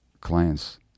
clients